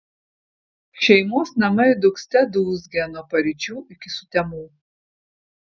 šeimos namai dūgzte dūzgė nuo paryčių iki sutemų